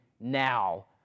now